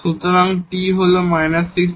সুতরাং টি হল −16